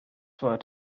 what